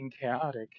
chaotic